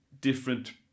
different